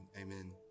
Amen